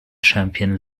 champion